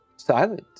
Silent